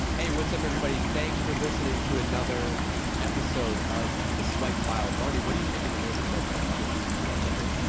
hey what's up everybody, thanks for listening to another episode of the swipe file. barney, what do you think of the name of swipe file by the way? do you like that name?